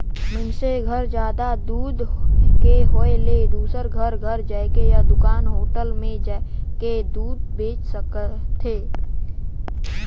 मइनसे घर जादा दूद के होय ले दूसर घर घर जायके या दूकान, होटल म जाके दूद बेंच सकथे